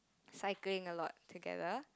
cycling a lot together